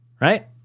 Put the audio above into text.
Right